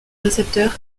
récepteurs